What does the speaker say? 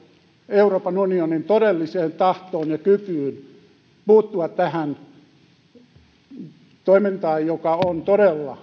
euroopan unionin todelliseen tahtoon ja kykyyn puuttua tähän toimintaan joka on todella